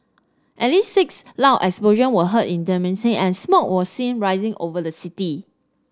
at least six loud explosion were heard in and smoke was seen rising over the city